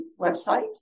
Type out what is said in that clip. website